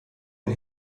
den